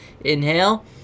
Inhale